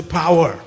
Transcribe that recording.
power